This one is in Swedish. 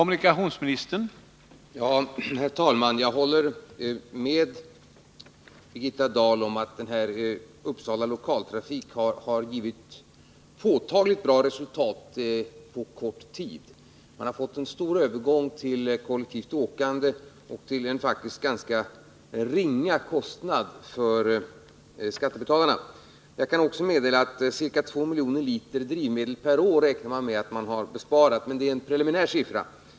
Herr talman! Jag håller med Birgitta Dahl om att arbetet när det gäller Upplands Lokaltrafik har givit påtagligt bra resultat på kort tid. Det har resulterat i en stor övergång till kollektivt åkande — och det faktiskt till en ringa kostnad för skattebetalarna. Jag kan också meddela att man räknar med att ha gjort en besparing på ca 2 miljoner liter drivmedel per år, men det är en preliminär siffra.